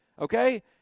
okay